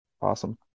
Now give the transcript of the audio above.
Awesome